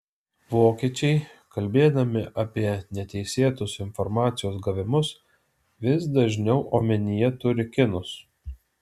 vokiečiai kalbėdami apie neteisėtus informacijos gavimus vis dažniau omenyje turi kinus